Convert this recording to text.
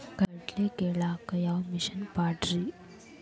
ಕಡ್ಲಿ ಕೇಳಾಕ ಯಾವ ಮಿಷನ್ ಪಾಡ್ರಿ?